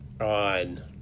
on